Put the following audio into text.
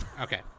Okay